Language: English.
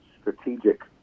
strategic